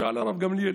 שאל הרב גמליאל: